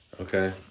Okay